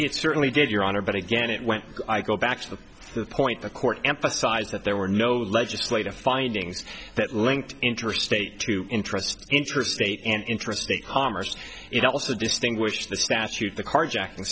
it certainly did your honor but again it when i go back to the point the court emphasized that there were no legislative findings that linked interstate to interest interstate and intrastate commerce it also distinguished the statute the carjacking